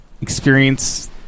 experience